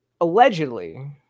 allegedly